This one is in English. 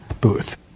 booth